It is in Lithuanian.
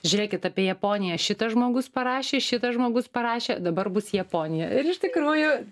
žiūrėkit apie japoniją šitas žmogus parašė šitas žmogus parašė dabar bus japonija ir iš tikrųjų